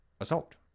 assault